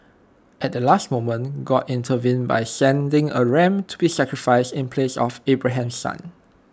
at the last moment God intervened by sending A ram to be sacrificed in place of Abraham's son